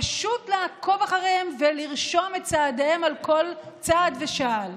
פשוט לעקוב אחריהם ולרשום את צעדיהם, כל צעד ושעל.